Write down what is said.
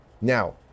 Now